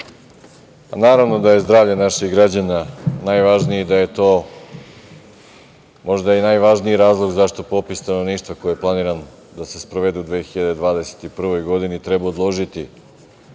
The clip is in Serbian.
naravno da je zdravlje naših građana najvažnije i da je to možda i najvažniji razlog zašto popis stanovništva koji je planiran da se sprovede u 2021. godini treba odložiti